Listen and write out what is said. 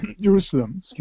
Jerusalem